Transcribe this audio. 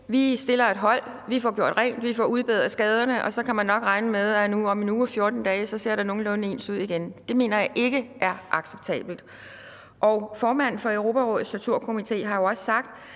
vi stiller et hold, vi får gjort rent, vi får udbedret skaderne, og så kan man nok regne med, at om 1 eller 2 uger ser der nogenlunde ud på samme måde igen. Det mener jeg ikke er acceptabelt. Formanden for Europarådets Torturkomité har jo også sagt,